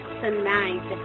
tonight